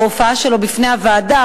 בהופעה שלו בפני הוועדה,